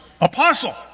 Apostle